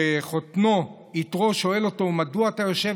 שחותנו יתרו שואל אותו "מדוע אתה יושב